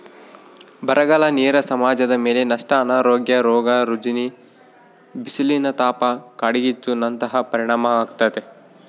ಬರಗಾಲ ನೇರ ಸಮಾಜದಮೇಲೆ ನಷ್ಟ ಅನಾರೋಗ್ಯ ರೋಗ ರುಜಿನ ಬಿಸಿಲಿನತಾಪ ಕಾಡ್ಗಿಚ್ಚು ನಂತಹ ಪರಿಣಾಮಾಗ್ತತೆ